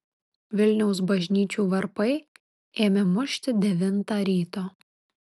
vilniaus bažnyčių varpai ėmė mušti devintą ryto